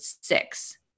six